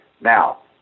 Now